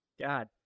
God